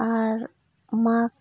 ᱟᱨ ᱢᱟᱜᱽ